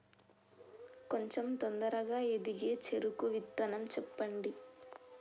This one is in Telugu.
కొంచం తొందరగా ఎదిగే చెరుకు విత్తనం చెప్పండి?